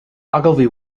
ogilvy